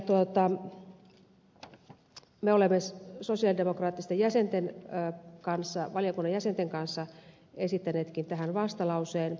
me olemme sosialidemokraattisten valiokunnan jäsenten kanssa esittäneetkin tähän vastalauseen